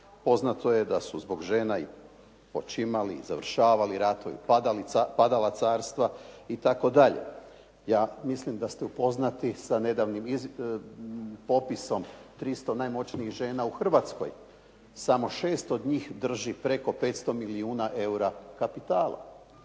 Poznato je da su zbog žena i počimali i završavali ratovi, padala carstva itd. Ja mislim da ste upoznati sa nedavnim popisom 300 najmoćnijih žena u Hrvatskoj. Samo šest od njih drži preko 500 milijuna eura kapitala.